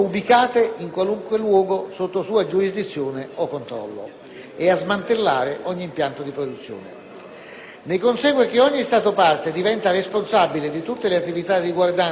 Ne consegue che ogni Stato parte diventa responsabile di tutte le attività, riguardanti l'attuazione della Convenzione di Parigi, che hanno luogo sul suo territorio indipendentemente dai soggetti che le espletano: